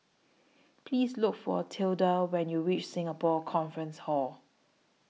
Please Look For Tilda when YOU REACH Singapore Conference Hall